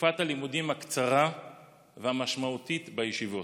תקופת הלימודים הקצרה והמשמעותית בישיבות,